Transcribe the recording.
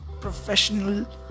professional